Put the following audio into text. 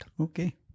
Okay